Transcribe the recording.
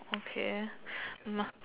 okay must